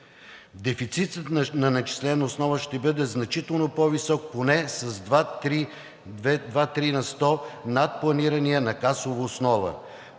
Дефицитът на начислена основа ще бъде значително по-висок поне с 2,2 – 2,3 на сто над планирания на касова основа.